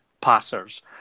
passers